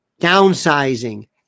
downsizing